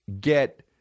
get